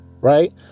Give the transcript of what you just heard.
right